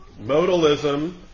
Modalism